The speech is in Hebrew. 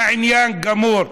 והעניין גמור.